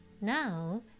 now